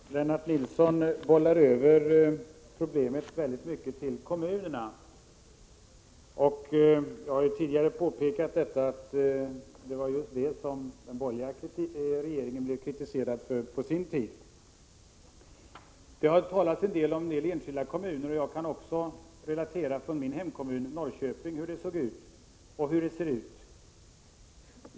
Herr talman! Lennart Nilsson bollar i hög grad över problemet till kommunerna. Jag har tidigare påpekat att det var just detta som den borgerliga regeringen blev kritiserad för på sin tid. Det har i debatten talats en del om enskilda kommuner. Jag kan också relatera något från min hemkommun Norrköping och hur det har sett ut och hur det ser ut där.